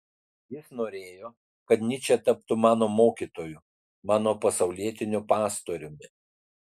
jis norėjo kad nyčė taptų mano mokytoju mano pasaulietiniu pastoriumi